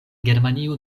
germanio